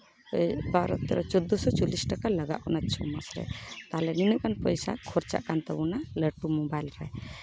ᱵᱟᱨᱚ ᱛᱮᱨᱚ ᱪᱳᱫᱽᱫᱷᱳ ᱥᱚ ᱪᱚᱞᱞᱤᱥ ᱴᱟᱠᱟ ᱞᱟᱜᱟᱜ ᱠᱟᱱᱟ ᱟᱪᱪᱷᱟ ᱢᱟᱥᱮ ᱛᱟᱞᱦᱮ ᱱᱤᱱᱟᱹᱜ ᱜᱟᱱ ᱯᱚᱭᱥᱟ ᱠᱷᱚᱨᱪᱟᱜ ᱠᱟᱱ ᱛᱟᱵᱚᱱᱟ ᱞᱟᱹᱴᱩ ᱢᱳᱵᱟᱭᱤᱞ ᱨᱮ